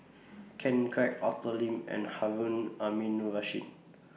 Ken Kwek Arthur Lim and Harun Aminurrashid